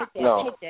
No